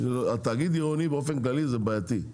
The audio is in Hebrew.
תאגיד עירוני באופן כללי זה בעייתי.